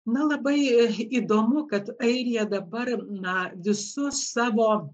na labai įdomu kad airija dabar na visu savo